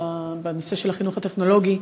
בנושא של החינוך הטכנולוגי.